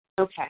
Okay